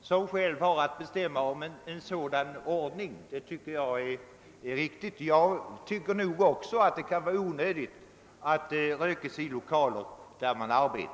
som självt har att bestämma därvidlag, och det tycker jag är riktigt. Jag instämmer i att det kan vara onödigt att det röks i lokaler där man arbetar.